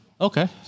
Okay